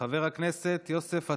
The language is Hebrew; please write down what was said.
חבר הכנסת יוסף עטאונה,